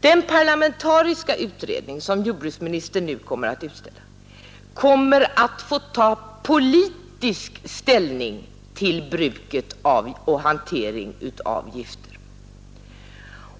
Den parlamentariska utredning som jordbruksministern nu kommer att tillsätta får ta politisk ställning till bruket och hanteringen av gifter.